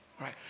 right